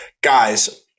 guys